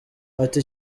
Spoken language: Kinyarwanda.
ati